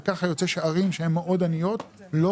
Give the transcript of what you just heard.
וככה יוצא שערים שהן מאוד עניות לא